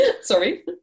sorry